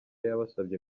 yabasabye